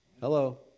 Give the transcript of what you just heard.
Hello